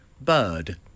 bird